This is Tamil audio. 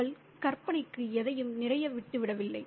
அவள் கற்பனைக்கு எதையும் நிறைய விட்டுவிடவில்லை